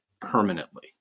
permanently